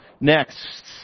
next